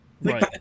Right